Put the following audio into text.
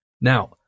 Now